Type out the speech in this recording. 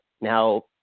Now